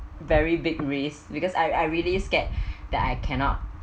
very big risk because I I really scared that I cannot